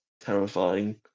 terrifying